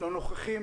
לנוכחים,